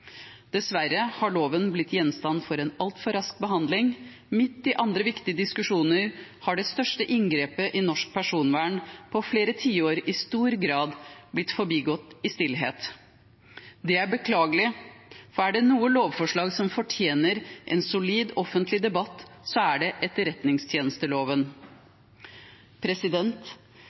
Dessverre har loven blitt gjenstand for en altfor rask behandling. Midt i andre viktige diskusjoner har det største inngrepet i norsk personvern på flere tiår i stor grad blitt forbigått i stillhet. Det er beklagelig, for er det noe lovforslag som fortjener en solid offentlig debatt, så er det etterretningstjenesteloven.